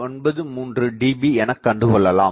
93 dB எனக் கண்டுகொள்ளலாம்